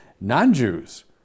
non-Jews